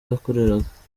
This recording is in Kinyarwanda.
yakoreraga